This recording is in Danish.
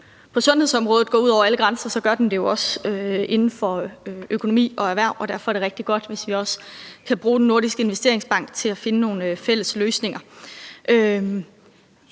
på sundhedsområdet går ud over alle grænser, så gør den det jo også inden for økonomi og erhverv, og derfor er det rigtig godt, hvis vi også kan bruge Den Nordiske Investeringsbank til at finde nogle fælles løsninger.